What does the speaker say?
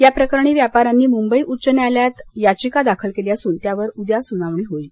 या प्रकरणी व्यापाऱ्यांनी मुंबई उच्च न्यायालयात याचिका दाखल केली असून त्यावर उद्या सुनावणी होणार आहे